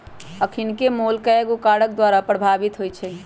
अखनिके मोल कयगो कारक द्वारा प्रभावित होइ छइ